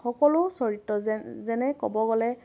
সকলো চৰিত্ৰ যেনে যেনে ক'ব গ'লে